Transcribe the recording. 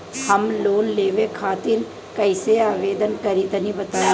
हम लोन लेवे खातिर कइसे आवेदन करी तनि बताईं?